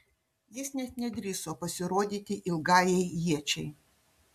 jis net nedrįso pasirodyti ilgajai iečiai